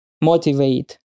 motivate